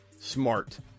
Smart